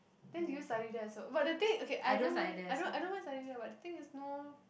then do you study there also but the thing okay I don't mind I don't I don't mind study there but the thing is no